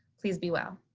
please be well.